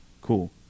Cool